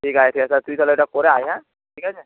ঠিক আছে তুই তাহলে ওটা করে আয় হ্যাঁ ঠিক আছে